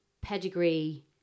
pedigree